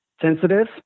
sensitive